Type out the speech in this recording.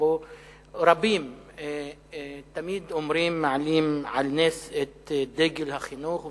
שבה רבים תמיד מעלים על נס את דגל החינוך וחשיבותו.